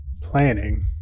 Planning